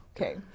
Okay